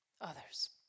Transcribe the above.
others